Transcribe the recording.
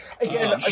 Again